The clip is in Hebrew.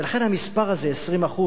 ולכן, המספר הזה, 20%,